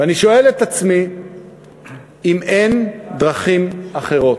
ואני שואל את עצמי אם אין דרכים אחרות.